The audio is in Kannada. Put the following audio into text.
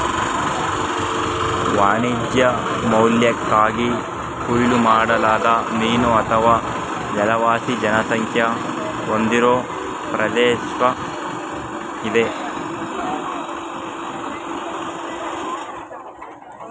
ವಾಣಿಜ್ಯ ಮೌಲ್ಯಕ್ಕಾಗಿ ಕೊಯ್ಲು ಮಾಡಲಾದ ಮೀನು ಅಥವಾ ಜಲವಾಸಿ ಜನಸಂಖ್ಯೆ ಹೊಂದಿರೋ ಪ್ರದೇಶ್ವಾಗಿದೆ